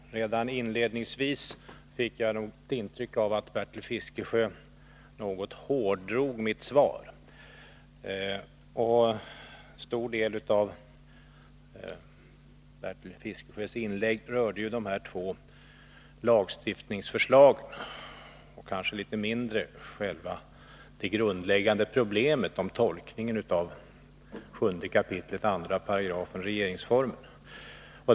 Herr talman! Redan inledningsvis fick jag ett intryck av att Bertil Fiskesjö något hårdrog mitt svar. En stor del av Bertil Fiskesjös inlägg rörde de två lagstiftningsförslagen, mindre det grundläggande problemet om tolkningen av 7 kap. 2§ regeringsformen.